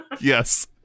yes